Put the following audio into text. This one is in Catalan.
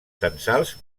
censals